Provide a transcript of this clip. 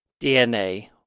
DNA